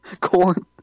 corn